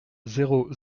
zéro